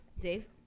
Dave